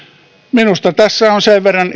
minusta tässä on sen verran